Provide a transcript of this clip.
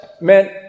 meant